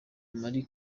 marie